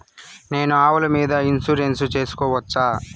నేను ఆవుల మీద ఇన్సూరెన్సు సేసుకోవచ్చా?